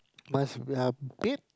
must yeah a bit